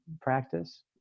practice